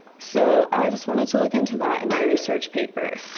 so i just wanted to look into that in my research paper,